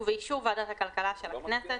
ובאישור ועדת הכלכלה של הכנסת